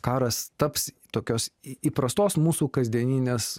karas taps tokios įprastos mūsų kasdieninės